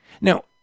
Now